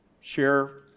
share